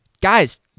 guys